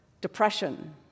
depression